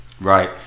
Right